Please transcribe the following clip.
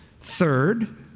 Third